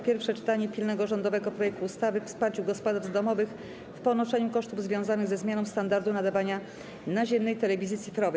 Pierwsze czytanie pilnego rządowego projektu ustawy o wsparciu gospodarstw domowych w ponoszeniu kosztów związanych ze zmianą standardu nadawania naziemnej telewizji cyfrowej.